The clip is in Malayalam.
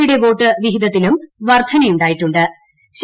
യുടെ വോട്ട് വിഹിതത്തിലും വർദ്ധനവുായിട്ടു്